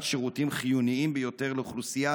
שירותים חיוניים ביותר לאוכלוסייה